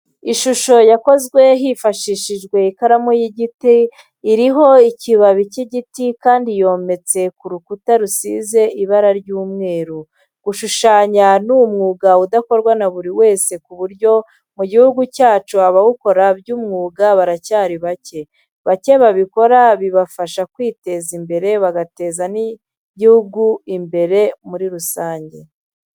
Ishusho yakozwe hifashishijwe ikaramu y'igiti, iriho ikibabi cy'igiti kandi yometse ku rukuta rusize ibara ry'umweru. Gushushanya ni umwuga udakorwa na buri wese ku buryo mu gihugu cyacu abawukora by'umwuga baracyari bake. Bake babikora bibafasha kwiteza imbere bagateza n'igihugu imbere muri rusange.